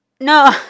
No